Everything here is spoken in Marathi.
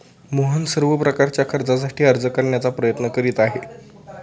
मोहन सर्व प्रकारच्या कर्जासाठी अर्ज करण्याचा प्रयत्न करीत आहे